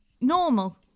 normal